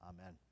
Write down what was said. amen